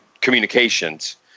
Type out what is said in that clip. communications